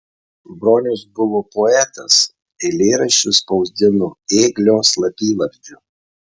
bronius buvo poetas eilėraščius spausdino ėglio slapyvardžiu